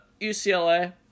UCLA